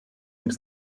mit